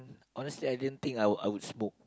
honestly I didn't think I would I would smoke